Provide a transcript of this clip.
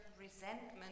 resentment